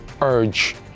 urge